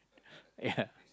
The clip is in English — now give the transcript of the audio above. yeah